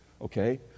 okay